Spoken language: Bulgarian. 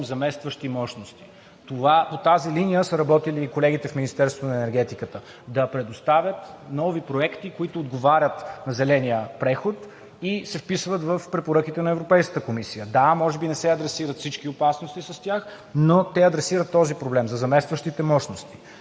заместващи мощности. По тази линия са работили и колегите в Министерството на енергетиката – да предоставят нови проекти, които отговарят на зеления преход и се вписват в препоръките на Европейската комисия. Да, може би не се адресират всички опасности с тях, но те адресират този проблем – за заместващите мощности.